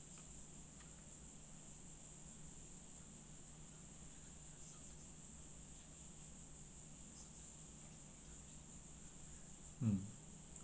mm